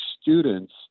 students